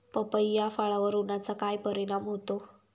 पपई या फळावर उन्हाचा काय परिणाम होतो?